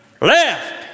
Left